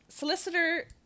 Solicitor